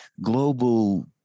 global